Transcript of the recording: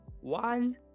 one